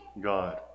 God